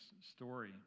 story